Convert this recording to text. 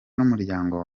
n’umuryango